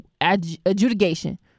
adjudication